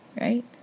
right